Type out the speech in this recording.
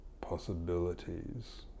possibilities